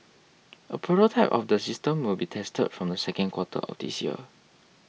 a prototype of the system will be tested from the second quarter of this year